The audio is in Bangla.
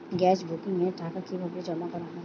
গ্যাস বুকিংয়ের টাকা কিভাবে জমা করা হয়?